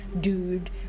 dude